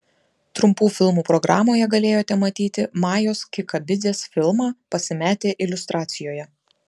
trumpų filmų programoje galėjote matyti majos kikabidzės filmą pasimetę iliustracijoje